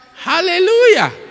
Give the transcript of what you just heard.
hallelujah